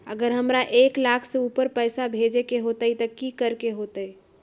अगर हमरा एक लाख से ऊपर पैसा भेजे के होतई त की करेके होतय?